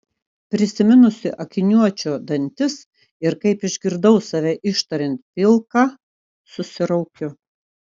prisiminusi akiniuočio dantis ir kaip išgirdau save ištariant pilka susiraukiu